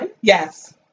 Yes